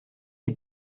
sie